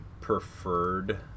preferred